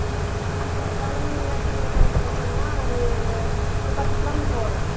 bus ஸ்டாண்ட்லேருந்து மீனாட்சி அம்மன் கோயில் டெம்பிள்னா ஒரு ஒரு பத்து கிலோமீட்ரு வரும்